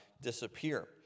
disappear